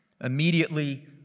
Immediately